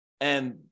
And-